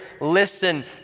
Listen